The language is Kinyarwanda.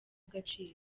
agaciro